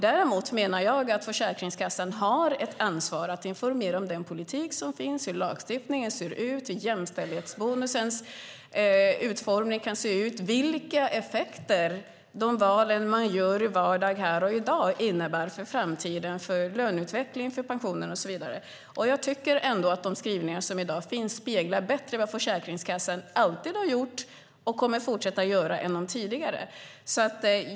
Däremot menar jag att Försäkringskassan har ett ansvar att informera om den politik som finns, hur lagstiftningen ser ut, hur jämställdhetsbonusen är utformad, vilka effekter de val man gör i vardagen får för löneutveckling, pension och så vidare i framtiden. Jag tycker att de skrivningar som finns i dag bättre än de tidigare speglar vad Försäkringskassan alltid har gjort och kommer att fortsätta att göra.